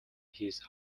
his